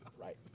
right